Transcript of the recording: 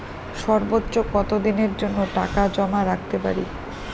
সর্বোচ্চ কত দিনের জন্য টাকা জমা রাখতে পারি?